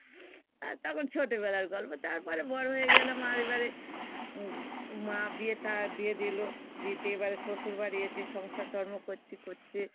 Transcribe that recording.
তখন ছোটোবেলার গল্প তারপরে বড়ো হয়ে গেলাম আর এবারে মা বিয়ে থা দিয়ে দিলো দিতে এবারে শ্বশুরবাড়ি এসছি সংসার ধর্ম করছি করছি